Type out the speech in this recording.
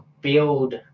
build